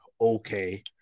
okay